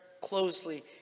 closely